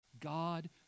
God